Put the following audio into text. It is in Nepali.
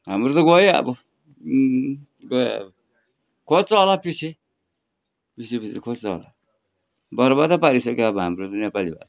हाम्रो त गयो अब गयो अब खोज्छ होला पिच्छे पिच्छे खोज्छ होला बर्बादै पारिसक्यो अब हाम्रो नेपालीलाई